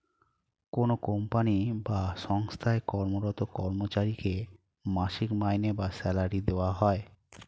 কোনো কোম্পানি বা সঙ্গস্থায় কর্মরত কর্মচারীকে মাসিক মাইনে বা স্যালারি দেওয়া হয়